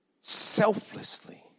Selflessly